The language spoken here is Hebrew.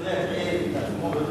כבוד השר יוכל להשיב.